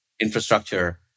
Infrastructure